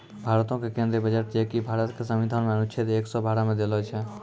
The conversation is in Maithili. भारतो के केंद्रीय बजट जे कि भारत के संविधान मे अनुच्छेद एक सौ बारह मे देलो छै